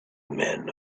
men